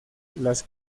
las